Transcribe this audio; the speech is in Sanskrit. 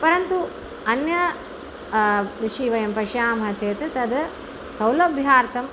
परन्तु अन्य विषये वयं पश्यामः चेत् तद् सौलभ्यार्थम्